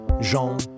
Jean